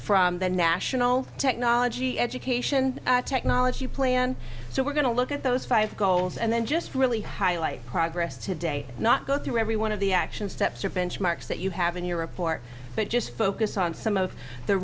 from the national technology education technology plan so we're going to look at those five goals and then just really highlight progress today not go through every one of the action steps or benchmarks that you have in your report but just focus on some